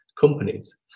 companies